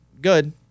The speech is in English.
good